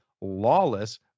lawless